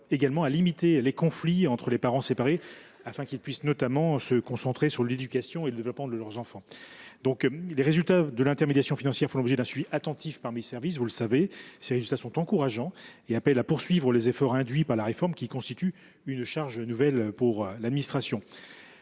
également à limiter les conflits entre les parents séparés, afin qu’ils puissent se concentrer notamment sur l’éducation et le développement de leurs enfants. Les résultats de l’intermédiation financière font l’objet d’un suivi attentif par les services de mon ministère. Ces résultats sont encourageants et appellent à poursuivre les efforts induits par la réforme, laquelle constitue une charge nouvelle pour l’administration.